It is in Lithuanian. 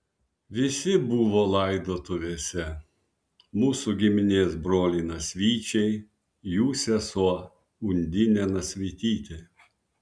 visi buvo laidotuvėse mūsų giminės broliai nasvyčiai jų sesuo undinė nasvytytė